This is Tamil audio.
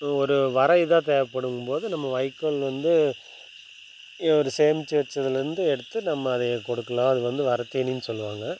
ஒரு வர இதாக தேவைப்படுங்கும்போது நம்ம வைக்கோல் வந்து ஏ சேமித்து வச்சதுலேருந்து எடுத்து நம்ம அதையே கொடுக்கலாம் அது வந்து வரதீனின் சொல்லுவாங்க